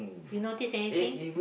you notice anything